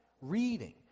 reading